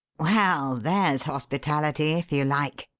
well, there's hospitality if you like,